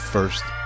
First